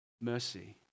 mercy